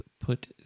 put